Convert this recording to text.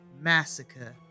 massacre